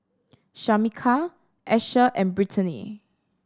Shameka Asher and Brittany